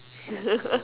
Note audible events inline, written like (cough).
(laughs)